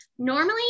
normally